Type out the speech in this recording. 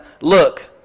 look